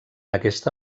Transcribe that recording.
aquesta